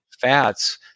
fats